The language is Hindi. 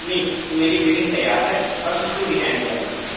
नहीं मेरी बिल्डिंग तैयार है बस उसको डिजाइनिंग करना है